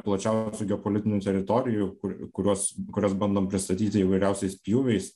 plačiausių geopolitinių teritorijų kur kuriuos kurias bandom pristatyti įvairiausiais pjūviais